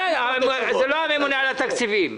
בסדר, זה לא הממונה על התקציבים.